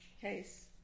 case